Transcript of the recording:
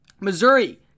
Missouri